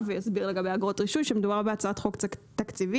ויסביר לגבי אגרות רישוי: מדובר בהצעת חוק תקציבית,